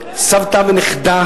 סבתא ונכדה